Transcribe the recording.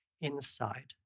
inside